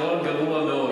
פתרון גרוע מאוד.